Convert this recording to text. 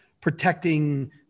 protecting